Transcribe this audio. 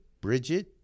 Bridget